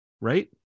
right